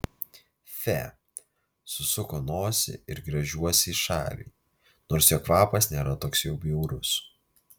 fe susuku nosį ir gręžiuosi į šalį nors jo kvapas nėra toks jau bjaurus